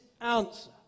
answer